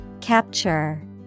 Capture